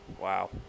Wow